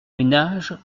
ménage